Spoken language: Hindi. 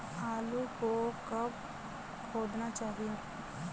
आलू को कब खोदना चाहिए?